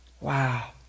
Wow